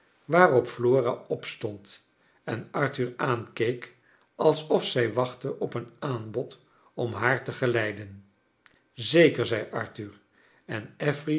op flora opstond en arthur aankeek alsof zij wachtte op een aanbod om haar te geleidem zeker zei arthur en affery